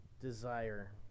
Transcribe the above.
desire